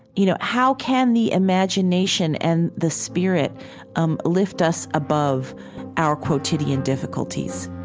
you know, how can the imagination and the spirit um lift us above our quotidian difficulties